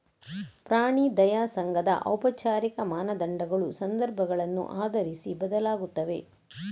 ಪ್ರಾಣಿ ದಯಾ ಸಂಘದ ಔಪಚಾರಿಕ ಮಾನದಂಡಗಳು ಸಂದರ್ಭಗಳನ್ನು ಆಧರಿಸಿ ಬದಲಾಗುತ್ತವೆ